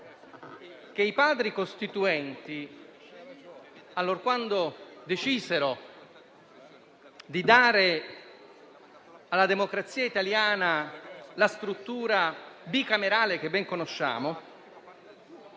che i Padri costituenti, allorquando decisero di dare alla democrazia italiana la struttura bicamerale che ben conosciamo,